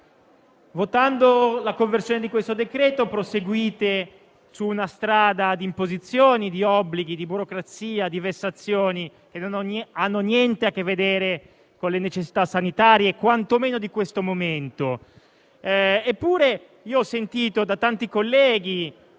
votando la conversione di questo decreto-legge proseguite su una strada di imposizioni, di obblighi, di burocrazia e di vessazioni che non hanno niente a che vedere con le necessità sanitarie, quanto meno di questo momento. Eppure, da tanti colleghi